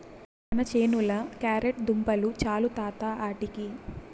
మన చేనుల క్యారెట్ దుంపలు చాలు తాత ఆటికి